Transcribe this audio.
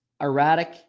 erratic